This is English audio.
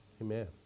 Amen